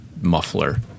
muffler